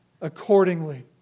accordingly